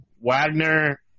Wagner